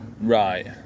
Right